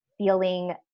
feeling